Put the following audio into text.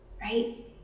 right